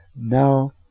Now